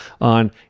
on